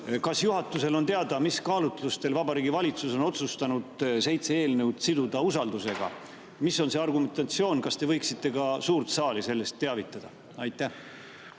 Kas juhatusele on teada, mis kaalutlustel on Vabariigi Valitsus otsustanud seitse eelnõu usaldusega siduda? Mis on see argumentatsioon? Kas te võiksite suurt saali sellest teavitada? Mul